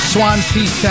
Swansea